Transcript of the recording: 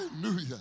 Hallelujah